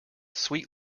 sweet